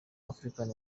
african